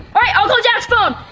alright, i'll call jack's phone.